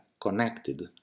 connected